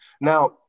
Now